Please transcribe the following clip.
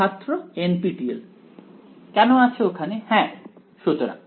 ছাত্র NPTEL কেন আছে ওখানে হ্যাঁ সুতরাং